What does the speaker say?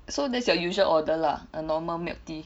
so that's your usual order lah a normal milk tea